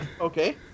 Okay